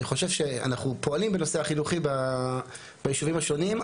אני חושב שאנחנו פועלים בנושא החינוכי בישובים השונים,